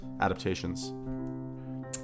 adaptations